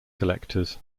collectors